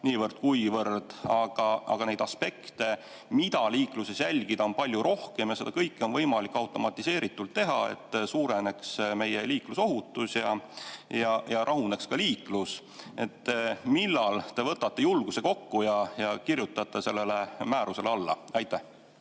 niivõrd-kuivõrd. Aga neid aspekte, mida liikluses jälgida, on palju rohkem ja seda kõike on võimalik automatiseeritult teha, et suureneks meie liiklusohutus ja rahuneks liiklus. Millal te võtate julguse kokku ja kirjutate sellele määrusele alla? Aitäh,